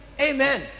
Amen